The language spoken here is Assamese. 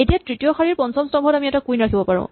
এতিয়া তৃতীয় শাৰীৰ পঞ্চম স্তম্ভত আমি এটা কুইন ৰাখিব পাৰো